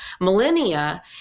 millennia